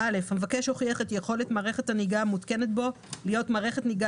המבקש הוכיח את יכולת מערכת הנהיגה המותקנת בו להיות מערכת נהיגה